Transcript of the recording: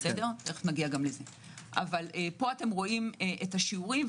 פה רואים את השיעורים.